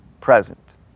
present